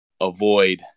avoid